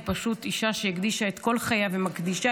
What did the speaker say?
היא פשוט אישה שהקדישה את כל חייה ומקדישה